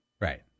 right